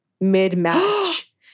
mid-match